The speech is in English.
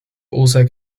also